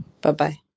Bye-bye